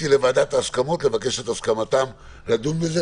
לוועדת ההסכמות לבקש את הסכמתה לדון בזה,